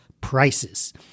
prices